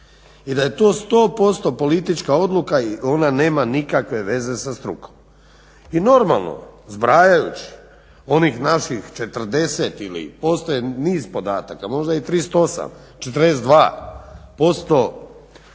i da je to 100% politička odluka i ona nema nikakve veze sa strukom. I normalno zbrajajući onih naših 40 ili postoje niz podataka možda i 38, 42%